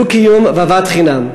דו-קיום ואהבת חינם.